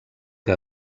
que